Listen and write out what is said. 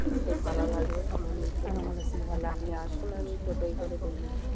দেখতে ভালো লাগবে তো মন্দির তন্দির তাহলে আপনি আসুন আমি টোটোয় করে দেখিয়ে দেবো